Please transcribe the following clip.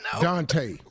Dante